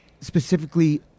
specifically